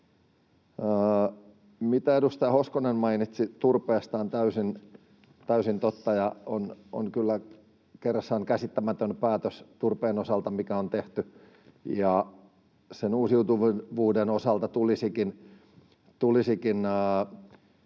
mitä edustaja Hoskonen mainitsi turpeesta, on täysin totta, ja on kyllä kerrassaan käsittämätön päätös turpeen osalta, mikä on tehty. Sen uusiutuvuuden osalta tulisikin